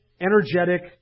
energetic